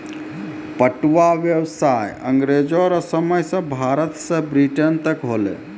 पटुआ व्यसाय अँग्रेजो रो समय से भारत से ब्रिटेन तक होलै